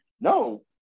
no